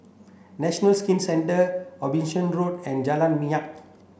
National Skin Centre Abbotsingh Road and Jalan Minyak